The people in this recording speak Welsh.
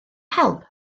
help